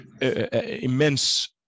immense